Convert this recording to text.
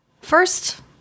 first